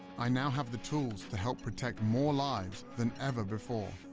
i now have the tools to help protect more lives than ever before.